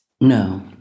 No